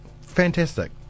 Fantastic